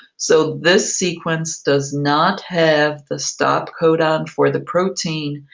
so this sequence does not have the stop codon for the protein,